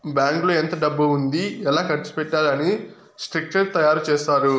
బ్యాంకులో ఎంత డబ్బు ఉంది ఎలా ఖర్చు పెట్టాలి అని స్ట్రక్చర్ తయారు చేత్తారు